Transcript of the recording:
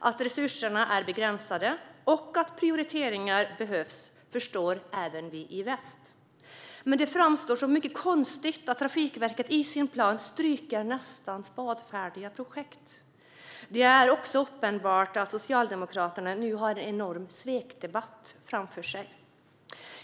Att resurserna är begränsade och att prioriteringar behövs förstår även vi i väst. Men det framstår som mycket konstigt att Trafikverket i sin plan stryker nästan spadfärdiga projekt. Det är också uppenbart att Socialdemokraterna nu har en enorm svekdebatt framför sig.